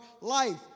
life